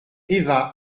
eva